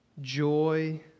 joy